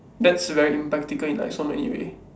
that's very impractical in like so many way